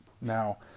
Now